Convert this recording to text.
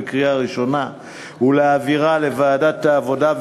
בקריאה ראשונה ולהעבירה לוועדת העבודה,